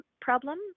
problem